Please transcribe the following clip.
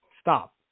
Stop